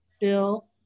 Bill